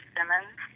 Simmons